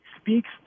speaks